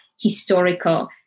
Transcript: historical